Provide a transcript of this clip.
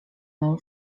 mną